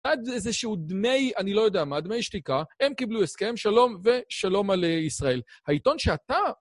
עד איזשהו דמי, אני לא יודע מה, דמי שתיקה, הם קיבלו הסכם, שלום ושלום על ישראל. העיתון שאתה...